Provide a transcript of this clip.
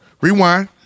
Rewind